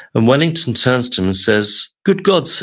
and wellington turns to him and says, good god, sir,